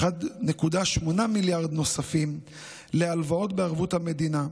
1.8 מיליארד נוספים להלוואות בערבות המדינה,